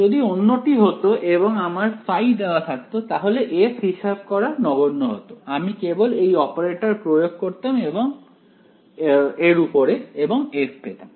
যদি অন্যটি হতো এবং আমার ϕ দেওয়া থাকতো তাহলে f হিসেব করা নগণ্য হতো আমি কেবল এই অপারেটর প্রয়োগ করতাম এর উপরে এবং f পেতাম